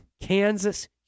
Kansas